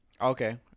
Okay